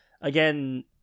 again